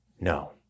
No